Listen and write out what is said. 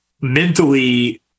mentally